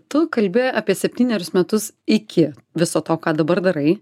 tu kalbi apie septynerius metus iki viso to ką dabar darai